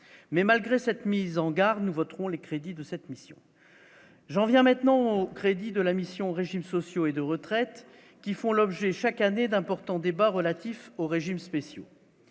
mais malgré cette mise en garde : nous voterons les crédits de cette mission, j'en viens maintenant au crédit de la mission régimes sociaux et de retraite qui font l'objet chaque année d'importants débats relatifs aux régimes spéciaux,